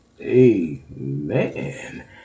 amen